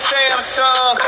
Samsung